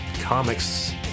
Comics